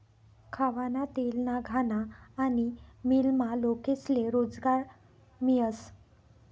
खावाना तेलना घाना आनी मीलमा लोकेस्ले रोजगार मियस